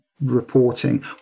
reporting